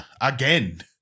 Again